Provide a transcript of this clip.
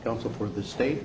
don't support the state